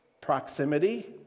Proximity